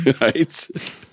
Right